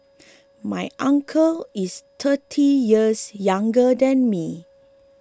my uncle is thirty years younger than me